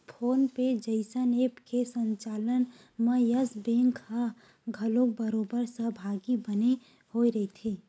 phone पे जइसन app के संचालन म यस बेंक ह घलोक बरोबर सहभागी बने होय रहिथे